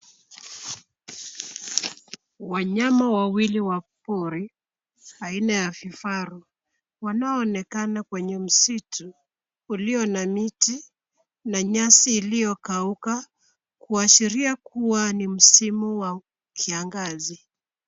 Wanyama wawili wa pori Aina vifaru wanaonekana kwenye msitu ulio na miti na nyasi iliyo kauka kuashiria kuwa ni msimu wa kiangazi